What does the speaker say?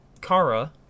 Kara